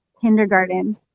Kindergarten